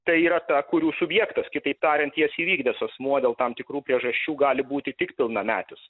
tai yra ta kurių subjektas kitaip tariant jas įvykdęs asmuo dėl tam tikrų priežasčių gali būti tik pilnametis